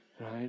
right